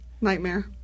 nightmare